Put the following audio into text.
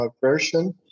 version